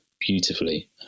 beautifully